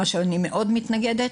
מה שאני מאוד מתנגדת.